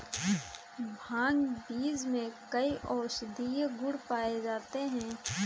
भांग बीज में कई औषधीय गुण पाए जाते हैं